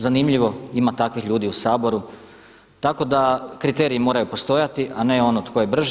Zanimljivo, ima takvih ljudi u Saboru tako da kriteriji moraju postojati, a ne ono tko je brži.